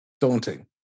daunting